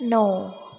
नौ